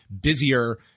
busier